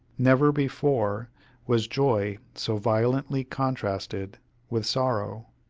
never before was joy so violently contrasted with sorrow.